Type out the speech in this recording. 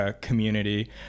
Community